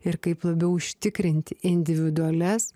ir kaip labiau užtikrinti individualias